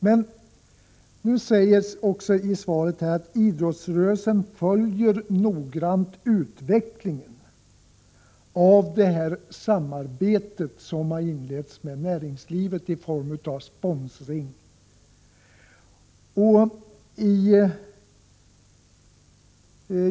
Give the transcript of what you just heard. Men i svaret sägs också att idrottsrörelsen noggrant följer utvecklingen av det samarbete som inletts med näringslivet i form av sponsring.